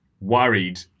worried